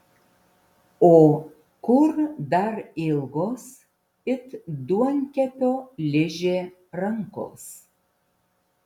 o kur dar ilgos it duonkepio ližė rankos